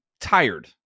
tired